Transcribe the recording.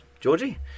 Georgie